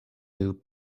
who